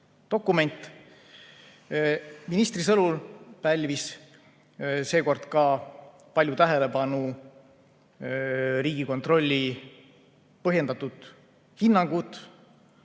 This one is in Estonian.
dokument. Ministri sõnul pälvis seekord palju tähelepanu Riigikontrolli põhjendatud hinnang.